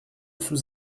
sous